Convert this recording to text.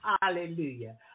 Hallelujah